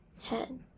head